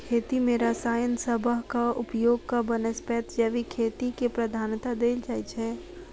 खेती मे रसायन सबहक उपयोगक बनस्पैत जैविक खेती केँ प्रधानता देल जाइ छै